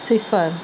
صفر